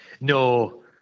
No